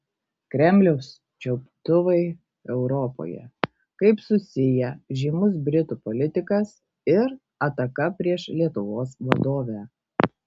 kremliaus čiuptuvai europoje kaip susiję žymus britų politikas ir ataka prieš lietuvos vadovę